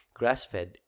grass-fed